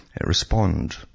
respond